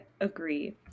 agree